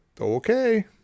okay